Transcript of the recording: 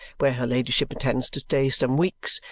where her ladyship intends to stay some weeks,